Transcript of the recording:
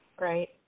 Right